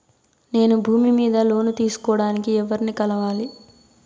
నేను భూమి మీద లోను తీసుకోడానికి ఎవర్ని కలవాలి?